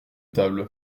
table